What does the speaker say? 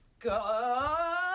Go